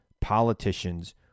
politicians